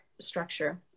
structure